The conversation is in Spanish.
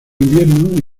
invierno